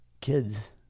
kids